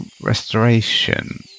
Restoration